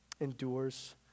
endures